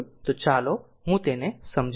તો ચાલો હું તેને સમજાવું